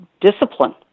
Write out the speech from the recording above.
discipline